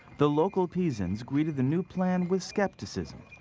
the local pisans greeted the new plan with skepticism.